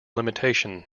limitation